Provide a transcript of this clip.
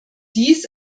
dies